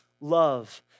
love